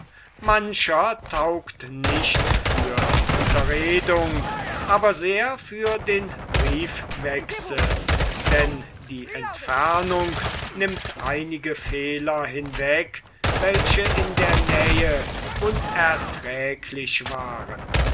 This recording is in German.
mancher taugt nicht für die unterredung aber sehr für den briefwechsel denn die entfernung nimmt einige fehler hinweg welche in der nähe unerträglich waren